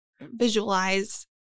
visualize